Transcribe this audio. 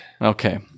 Okay